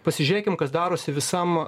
pasižiūrėkim kas darosi visam